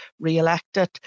re-elected